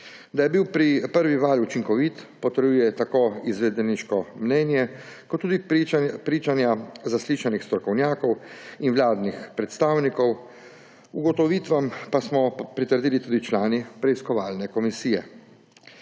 Da je bil prvi val učinkovit, potrjuje tako izvedeniško mnenje kot tudi pričanja zaslišanih strokovnjakov in vladnih predstavnikov. Ugotovitvam pa smo pritrdili tudi člani preiskovalne komisije.